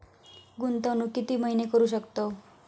गुंतवणूक किती महिने करू शकतव?